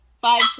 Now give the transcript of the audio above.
five